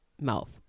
mouth